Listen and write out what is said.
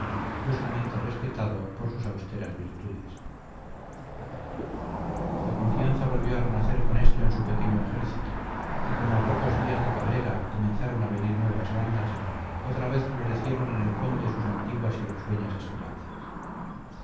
justamente respetado por sus austeras virtudes la confianza volvió a renacer con esto en su pequeño ejército y como a pocos días de cabrera comenzaron a venir nuevas bandas otra vez florecieron en el conde sus antiguas y risueñas esperanzas